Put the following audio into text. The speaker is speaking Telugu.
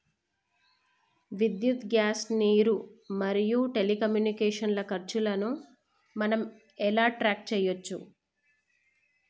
విద్యుత్ గ్యాస్ నీరు మరియు టెలికమ్యూనికేషన్ల ఖర్చులను మనం ఎలా ట్రాక్ చేయచ్చు?